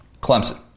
Clemson